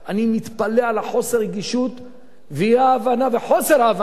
אני מתפלא על חוסר הרגישות ואי-ההבנה, חוסר ההבנה,